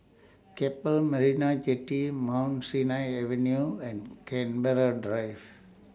Keppel Marina Jetty Mount Sinai Avenue and Canberra Drive